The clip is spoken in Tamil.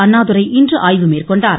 அண்ணாதுரை இன்று ஆய்வு மேற்கொண்டார்